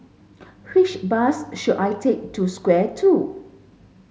which bus should I take to Square two